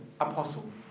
apostle